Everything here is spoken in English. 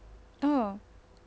oh